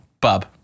Bob